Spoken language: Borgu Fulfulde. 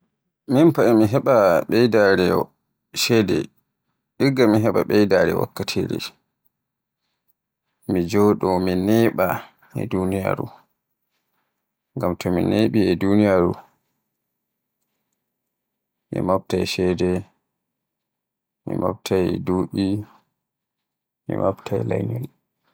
Min fa e mi heɓa ɓeydaare ceede igga mi heɓa ɓeydaare wakkatire. Mi joodo mi neeɓa e duniyaaru. Ngam to mi neɓi e duniyaaru me moftay ceede, mi moftay lanyol, mi moftay lanyol.